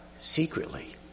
secretly